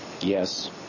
Yes